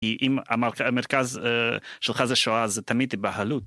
אם המרכז שלך זה שואה, זה תמיד יבהלו